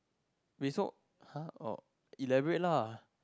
we saw [huh] oh elaborate lah